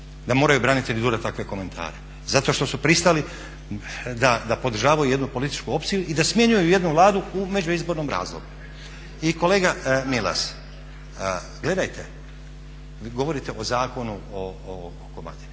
da moraju branitelji durati takve komentare. Zato što su pristali da podržavaju jednu političku opciju i da smjenjuju jednu Vladu u međuizbornom razdoblju. I kolega Milas, gledajte vi govorite o Zakonu o županima